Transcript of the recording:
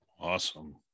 Awesome